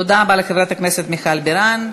תודה רבה לחברת הכנסת מיכל בירן.